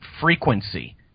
frequency